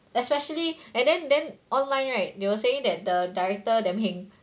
especially and then then online right they were saying that the director 点评